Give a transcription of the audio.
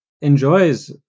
enjoys